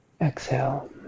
Exhale